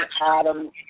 Adam